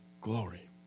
Glory